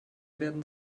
werden